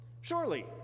Surely